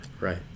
right